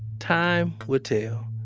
time will tell.